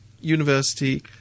university